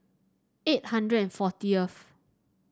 eight hundred and fortieth